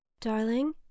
Darling